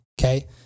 Okay